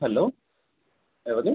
hello ఎవరు